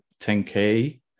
10k